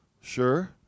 sure